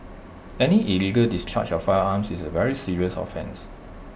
any illegal discharge of firearms is A very serious offence